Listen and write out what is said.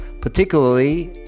particularly